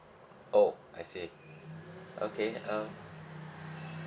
oh I see okay um